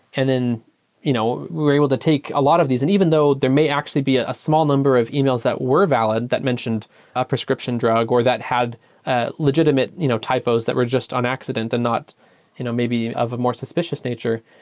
and then you know we're able to take a lot of these. and even though there may actually be a a small number of emails that were valid that mentioned a prescription drug or that had legitimate you know typos that were just on accident and not you know maybe of a more suspicious nature.